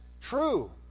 true